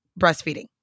breastfeeding